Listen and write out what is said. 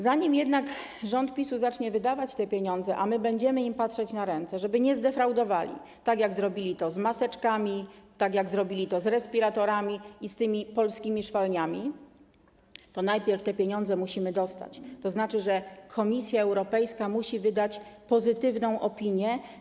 Zanim jednak rząd PiS-u zacznie wydawać te pieniądze - a my będziemy im patrzeć na ręce, żeby nie zdefraudowali, tak jak zrobili to z maseczkami, tak jak zrobili to z respiratorami i z tymi Polskimi Szwalniami - to najpierw te pieniądze musimy dostać, tzn. Komisja Europejska musi wydać pozytywną opinię.